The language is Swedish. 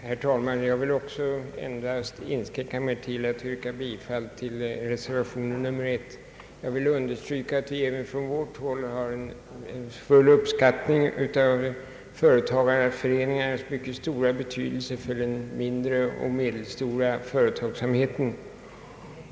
Herr talman! Jag vill också inskränka mig till att yrka bifall endast till reservation nr 1 samtidigt som jag vill understryka den stora uppskattning vi på vårt håll hyser för företagareföreningarnas mycket betydelsefulla roll för den mindre och medelstora företagsamheten.